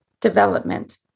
development